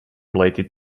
related